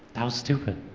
that was stupid.